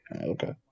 Okay